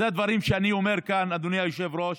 הדברים שאני אומר כאן, אדוני היושב-ראש,